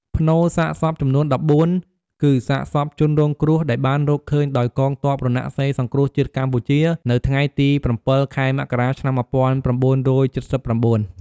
ផ្នូរសាកសពចំនួន១៤ គឺសាកសពជនរងគ្រោះ ដែលបានរកឃើញដោយកងទ័ពរណសិរ្សសង្គ្រោះជាតិកម្ពុជា នៅថ្ងៃទី៧ ខែមករា ឆ្នាំ១៩៧៩។